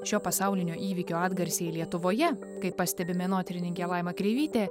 šio pasaulinio įvykio atgarsiai lietuvoje kaip pastebi menotyrininkė laima kreivytė